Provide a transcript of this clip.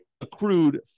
accrued